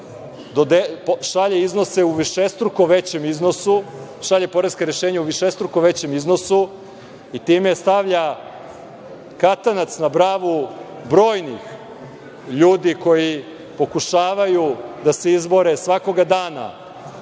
paušalna poreska rešenja, šalje poreska rešenja u višestruko većem iznosu, i time stavlja katanac na bravu brojnih ljudi koji pokušavaju da se izbore svakoga dana,